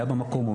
הוא היה במקום,